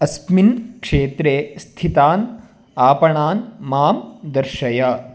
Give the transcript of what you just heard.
अस्मिन् क्षेत्रे स्थितान् आपणान् मां दर्शय